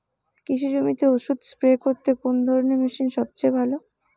কৃষি জমিতে ওষুধ স্প্রে করতে কোন ধরণের মেশিন সবচেয়ে ভালো?